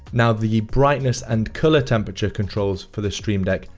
now, the brightness and color temperature controls for the stream deck,